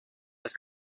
las